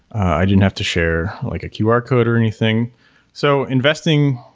i didn't have to share like a qr code or anything so investing,